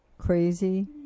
crazy